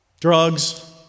drugs